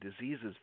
diseases